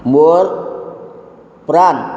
ମୋର ପ୍ରାନ୍